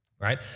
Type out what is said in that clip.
right